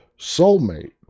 soulmate